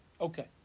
Okay